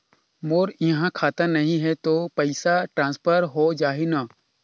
मोर इहां खाता नहीं है तो पइसा ट्रांसफर हो जाही न?